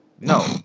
No